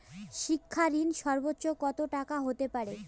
শিক্ষা ঋণ সর্বোচ্চ কত টাকার হতে পারে?